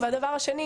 שנית,